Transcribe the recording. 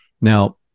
Now